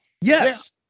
Yes